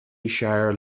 shire